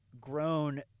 grown